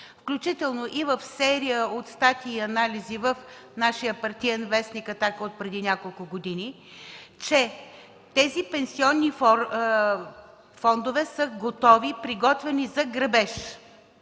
включително и в серия от статии и анализи в нашия партиен вестник „Атака” отпреди няколко години, че тези пенсионни фондове са готови, приготвени за грабеж.